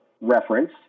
reference